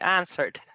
answered